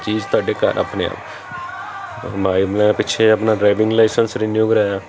ਚੀਜ਼ ਤੁਹਾਡੇ ਘਰ ਆਪਣੇ ਆਉ ਮਾਈ ਮੈਂ ਪਿੱਛੇ ਆਪਣਾ ਡਰਾਈਵਿੰਗ ਲਾਈਸੰਸ ਰਿਨਿਊ ਕਰਵਾਇਆ